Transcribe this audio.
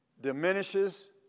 diminishes